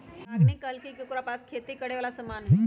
रागिनी कहलकई कि ओकरा पास खेती करे वाला समान हई